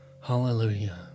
Hallelujah